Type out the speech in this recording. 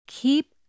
Keep